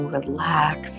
relax